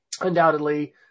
Undoubtedly